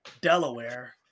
Delaware